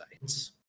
sites